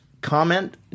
comment